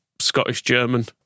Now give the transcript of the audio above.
Scottish-German